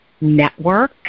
network